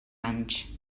anys